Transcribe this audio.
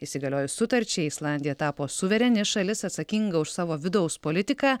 įsigaliojus sutarčiai islandija tapo suvereni šalis atsakinga už savo vidaus politiką